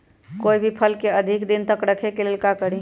कोई भी फल के अधिक दिन तक रखे के लेल का करी?